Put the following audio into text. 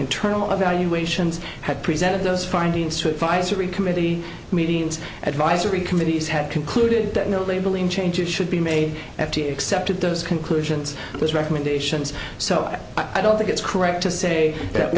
internal evaluations had presented those findings to advisory committee meetings advisory committees had concluded that no labeling changes should be made and to accepted those conclusions those recommendations so i don't think it's correct to say that